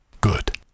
Good